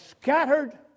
scattered